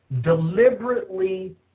deliberately